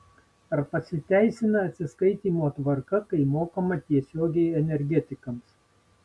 ar pasiteisina atsiskaitymo tvarka kai mokama tiesiogiai energetikams